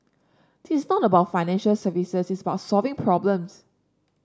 this not about financial services it's about solving problems